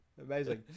Amazing